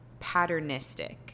patternistic